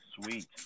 Sweet